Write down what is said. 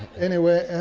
anyway,